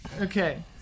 Okay